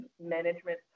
management